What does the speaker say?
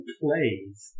plays